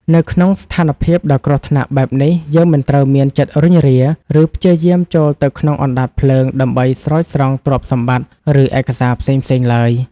នៅក្នុងស្ថានភាពដ៏គ្រោះថ្នាក់បែបនេះ យើងមិនត្រូវមានចិត្តរុញរា ឬព្យាយាមចូលទៅក្នុងអណ្ដាតភ្លើងដើម្បីស្រោចស្រង់ទ្រព្យសម្បត្តិ ឬឯកសារផ្សេងៗឡើយ។